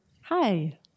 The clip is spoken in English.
Hi